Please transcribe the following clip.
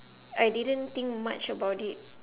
I didn't think much about it